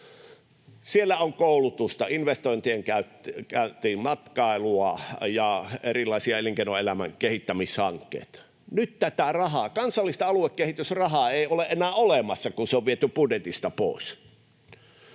Siellä on koulutusta, investointeja, matkailua ja erilaisia elinkeinoelämän kehittämishankkeita. Nyt tätä rahaa, kansallista aluekehitysrahaa, ei ole enää olemassa, kun se on viety budjetista pois.